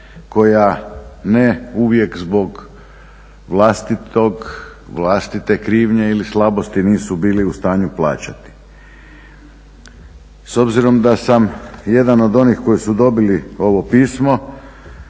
koja ne uvijek zbog vlastitog, vlastite krivnje ili slabosti nisu bilu u stanju plaćati. S obzirom da sam jedan od onih koji su dobili ovo pismo,